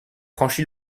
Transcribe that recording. franchi